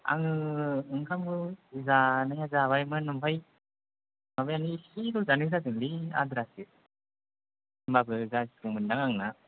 आङो ओंखामखौ जानाया जाबायमोन ओमफाय माबायानो एसेल' जानाय जादोंलै आद्रासो होमबाबो जासिगौमोनदां आंना